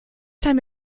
time